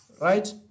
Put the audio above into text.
right